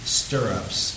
stirrups